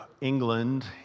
England